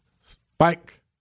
Spike